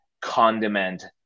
condiment